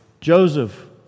Joseph